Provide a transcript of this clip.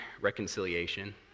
Reconciliation